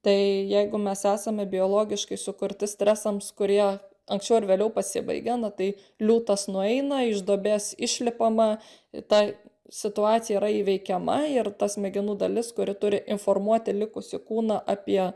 tai jeigu mes esame biologiškai sukurti stresams kurie anksčiau ar vėliau pasibaigia na tai liūtas nueina iš duobės išlipama ta situacija įveikiama ir ta smegenų dalis kuri turi informuoti likusį kūną apie